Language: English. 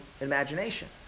imagination